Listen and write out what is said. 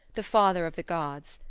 the father of the gods,